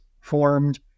formed